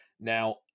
Now